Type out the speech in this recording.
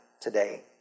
today